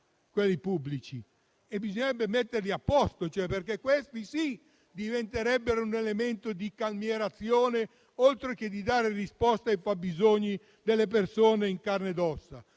è affittabile; bisognerebbe rimetterli a posto, perché questi sì che diventerebbero un elemento di calmierazione, oltre che di risposta ai fabbisogni delle persone in carne ed ossa.